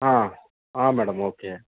ಹಾಂ ಹಾಂ madam okay